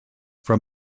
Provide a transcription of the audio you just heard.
from